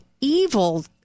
evil